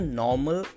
normal